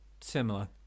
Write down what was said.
Similar